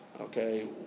Okay